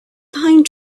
pine